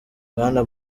bwana